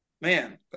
Man